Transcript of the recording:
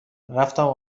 رفتم